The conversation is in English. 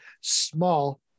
small